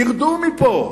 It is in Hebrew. תרדו מפה,